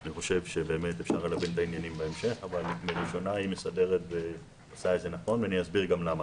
לראשונה היא מסדרת ועושה את זה נכון ואסביר למה.